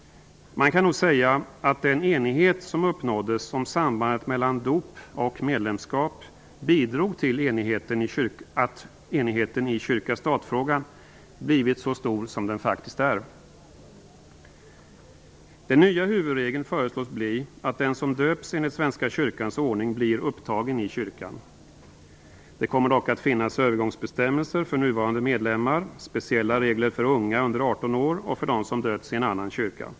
Man kan nog säga att den enighet som uppnåddes om sambandet mellan dop och medlemskap bidrog till att enigheten i kyrka-stat-frågan blivit så stor som den faktiskt är. Den nya huvudregeln föreslås bli att den som döps enligt Svenska kyrkans ordning blir upptagen i kyrkan. Det kommer dock att finnas övergångsbestämmelser för nuvarande medlemmar och speciella regler för unga under 18 år och för dem som döpts i en annan kyrka.